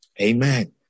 Amen